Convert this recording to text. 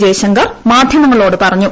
ജയശങ്കർ മാധ്യമങ്ങളോട് പറഞ്ഞു